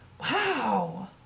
Wow